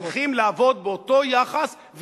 צריכים לעבוד באותו יחס,